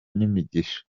n’imigisha